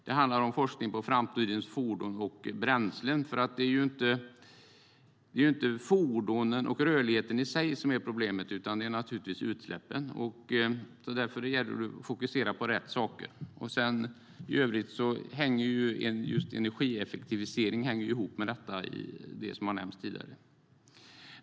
Det handlar om forskning på framtidens fordon och bränslen. Det är inte fordonen och rörligheten i sig som är problemet, utan det är utsläppen. Det gäller därför att fokusera på rätt saker. Energieffektivisering hänger för övrigt ihop med detta, som nämndes tidigare.